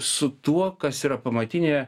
su tuo kas yra pamatinė